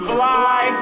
Fly